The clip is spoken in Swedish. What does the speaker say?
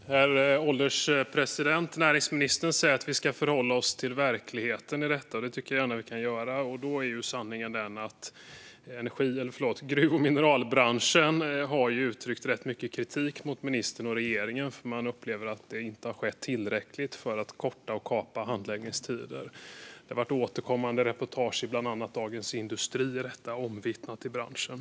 Herr ålderspresident! Näringsministern säger att vi ska förhålla oss till verkligheten i detta, och det tycker jag att vi kan göra. Sanningen är den att gruv och mineralbranschen har uttryckt rätt mycket kritik mot ministern och regeringen därför att man upplever att det inte har skett tillräckligt när det gäller att kapa och korta handläggningstiderna. Det har varit återkommande reportage i bland annat Dagens industri om detta, och det är omvittnat i branschen.